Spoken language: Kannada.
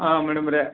ಹಾಂ ಮೇಡಮವ್ರೆ